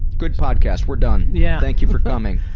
good podcast. we're done. yeah. thank you for coming.